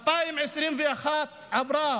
בשנת 2021 היא עברה